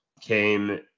came